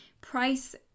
price